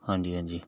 ਹਾਂਜੀ ਹਾਂਜੀ